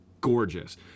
gorgeous